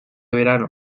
verano